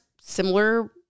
similar